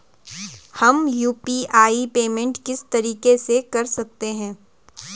हम UPI payment किस तरीके से कर सकते हैं?